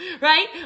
right